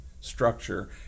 structure